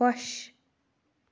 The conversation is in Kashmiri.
خۄش